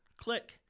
Click